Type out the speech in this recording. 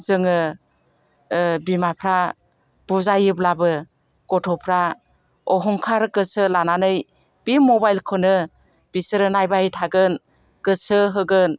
जोङो बिमाफ्रा बुजायोब्लाबो गथ'फ्रा अहंखार गोसो लानानै बि मबाइलखौनो बिसोरो नायबाय थागोन गोसो होगोन